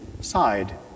side